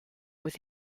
with